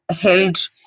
held